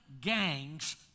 gangs